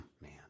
man